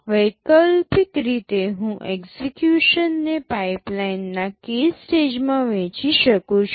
વૈકલ્પિક રીતે હું એક્ઝેક્યુશનને પાઇપલાઇનના k સ્ટેજમાં વહેંચી શકું છું